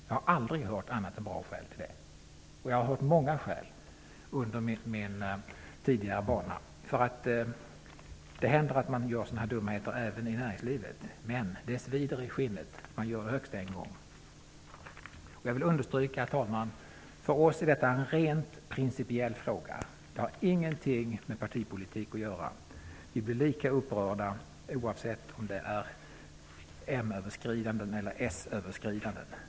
Jag har aldrig hört annat än bra skäl till det, och jag har hört många skäl under min tidigare bana. Det händer att man gör sådana här dumheter även i näringslivet. Men det svider i skinnet, och man gör det högst en gång. Herr talman! Jag vill understryka att detta är en rent principiell fråga för oss. Det har ingenting med partipolitik att göra. Vi blir lika upprörda oavsett om det är m-överskridanden eller söverskridanden.